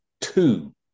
two